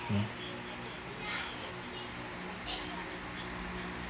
mm